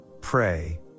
pray